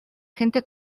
gente